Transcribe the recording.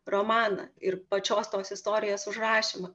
romaną ir pačios tos istorijos užrašymą